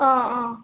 অঁ অঁ